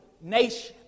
nation